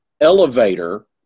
elevator